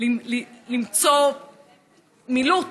למצוא מילוט